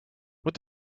what